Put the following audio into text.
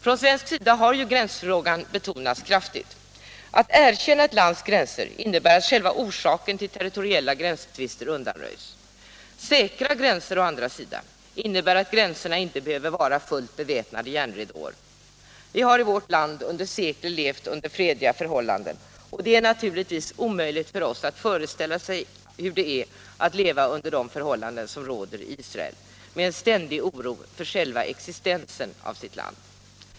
Från svensk sida har ju gränsfrågan betonats kraftigt. Att erkänna ett lands gränser innebär att själva orsaken till territoriella gränstvister undanröjs. Säkra gränser å andra sidan innebär att gränserna inte behöver vara fullt beväpnade järnridåer. Vi har i vårt land under sekler levt under fredliga förhållanden, och det är naturligtvis omöjligt för oss att föreställa oss hur det är att leva under de förhållanden som råder i Israel — med en ständig oro för själva existensen av sitt land.